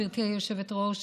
גברתי היושבת-ראש,